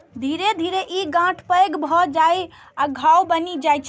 धीरे धीरे ई गांठ पैघ भए जाइ आ घाव बनि जाइ छै